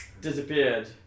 Disappeared